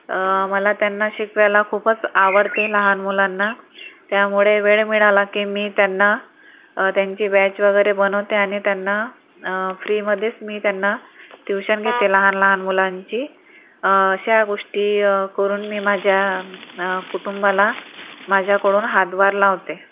मला त्यांना शिकवायला खूपच आवडते लहान मुलांना त्यामुळे वेळ मिळाला की मी त्यांना त्यांची बॅच वगैरे बनवते आणि त्यांना फ्रीमध्येच मी त्यांना ट्यूशन घेते लहान लहान मुलांची अशा गोष्टी करून मी माझ्या कुटुंबाला माझ्याकडून हातभार लावते